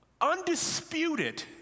undisputed